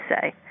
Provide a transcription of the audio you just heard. say